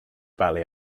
ballet